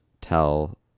tell